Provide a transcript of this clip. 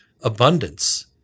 abundance